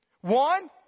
One